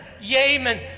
Yemen